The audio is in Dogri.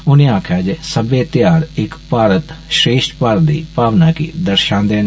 उनें आक्खेआ जे सब्बै त्यौहार इक भारत श्रेश्ठ भारत दी भावना गी दर्षान्दे न